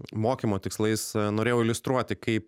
mokymo tikslais norėjau iliustruoti kaip